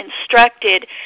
instructed